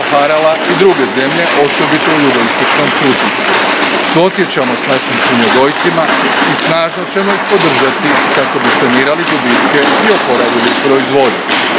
poharala i druge zemlje, osobito u jugoistočnom susjedstvu. Suosjećamo s našim svinjogojcima i snažno ćemo ih podržati kako bi sanirali gubitke i oporavili proizvodnju.